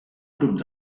grup